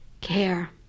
care